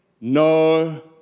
no